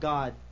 God